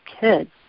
kids